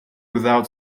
without